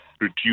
reduce